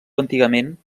antigament